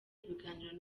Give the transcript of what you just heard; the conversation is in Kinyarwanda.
ibiganiro